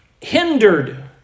hindered